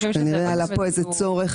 כנראה עלה פה איזה צורך